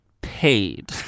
paid